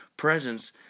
presence